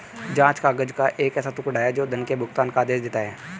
जाँच काग़ज़ का एक ऐसा टुकड़ा, जो धन के भुगतान का आदेश देता है